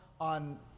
on